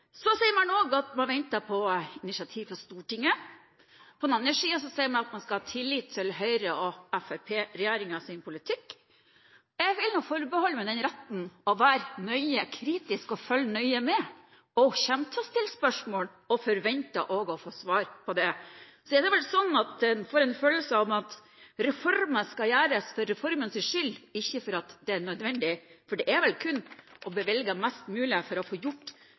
sier også at man venter på initiativ fra Stortinget. På den andre siden sier man at man skal ha tillit til Høyre–Fremskrittsparti-regjeringens politikk. Jeg vil forbeholde meg retten til å være kritisk og følge nøye med, og jeg kommer til å stille spørsmål og også forvente å få svar på dem. Man får vel også en følelse av at reformer skal gjøres for reformenes skyld, ikke fordi de er nødvendige. For det er vel kun å bevilge mest mulig for å få